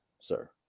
sir